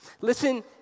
Listen